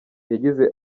yagize